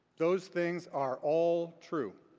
those things are all true.